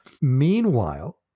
Meanwhile